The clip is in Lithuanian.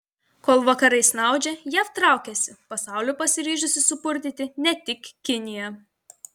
kol vakarai snaudžia jav traukiasi pasaulį pasiryžusi supurtyti ne tik kinija